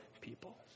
people